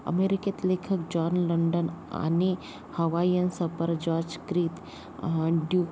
अमेरिकेत लेखक John London आणि हवाईयन सपर जॉर्ज क्रीत ड्यू